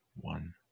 One